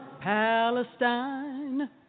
Palestine